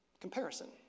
Comparison